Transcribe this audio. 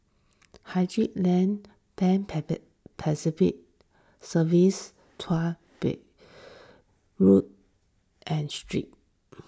Haji Lane Pan Pacific Serviced Beach Road and Street